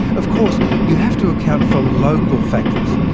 of course, you have to account for local factors,